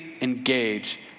engage